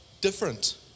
different